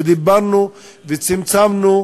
דיברנו וצמצמנו,